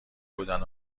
بودن